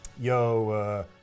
Yo